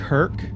Kirk